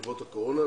בעקבות הקורונה,